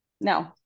no